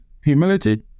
humility